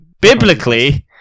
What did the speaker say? biblically